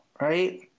right